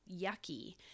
yucky